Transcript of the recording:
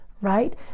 right